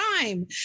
time